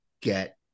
get